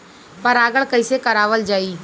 परागण कइसे करावल जाई?